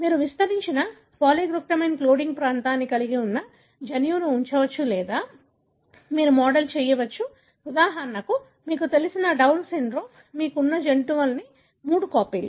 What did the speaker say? మీరు విస్తరించిన polyglutamine coding ప్రాంతాన్ని కలిగి ఉన్న జన్యువును ఉంచవచ్చు లేదా మీరు మోడల్ చేయవచ్చు ఉదాహరణకు మీకు తెలిసిన డౌన్ సిండ్రోమ్ మీకు ఉన్న కొన్ని జన్యువుల మూడు కాపీలు